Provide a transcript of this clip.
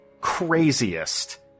craziest